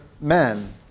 men